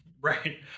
Right